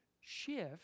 Shift